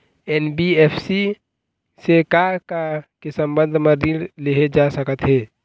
NBFC से का का के संबंध म ऋण लेहे जा सकत हे?